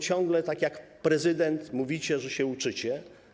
Ciągle, tak jak prezydent, mówicie, że się uczycie.